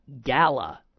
Gala